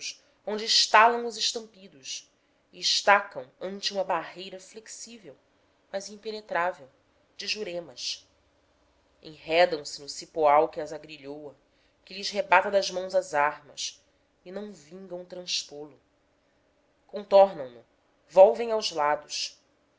e estacam ante uma barreira flexível mas impenetrável de juremas enredam se no cipoal que as agrilhoa que lhes arrebata das mãos as armas e não vingam transpô lo contornam no volvem aos lados